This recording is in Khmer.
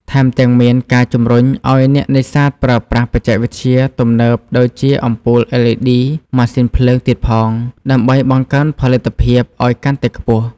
ថែមទាំងមានការជំរុញឱ្យអ្នកនេសាទប្រើប្រាស់បច្ចេកវិទ្យាទំនើបដូចជាអំពូល LED ម៉ាស៊ីនភ្លើងទៀតផង ដើម្បីបង្កើនផលិតភាពអោយកាន់តែខ្ពស់។